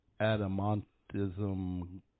Adamantism